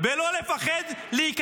ולא לפחד שיירו להם טילים על הבית,